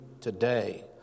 today